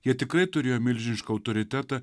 jie tikrai turėjo milžinišką autoritetą